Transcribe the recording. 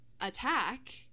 attack